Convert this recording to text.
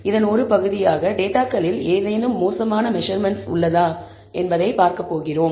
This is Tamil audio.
இதன் ஒரு பகுதியாக டேட்டாகளில் ஏதேனும் மோசமான மெசர்மென்ட்ஸ் உள்ளதா என்பதைப் பார்க்கப்போகிறோம்